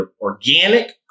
organic